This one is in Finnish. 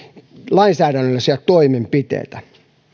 lainsäädännöllisiä toimenpiteitä